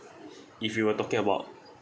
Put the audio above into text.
if you were talking about